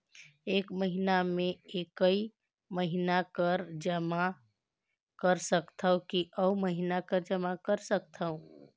एक महीना मे एकई महीना कर जमा कर सकथव कि अउ महीना कर जमा कर सकथव?